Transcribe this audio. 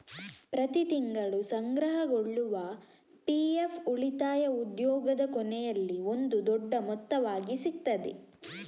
ಪ್ರತಿ ತಿಂಗಳು ಸಂಗ್ರಹಗೊಳ್ಳುವ ಪಿ.ಎಫ್ ಉಳಿತಾಯ ಉದ್ಯೋಗದ ಕೊನೆಯಲ್ಲಿ ಒಂದು ದೊಡ್ಡ ಮೊತ್ತವಾಗಿ ಸಿಗ್ತದೆ